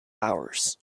hours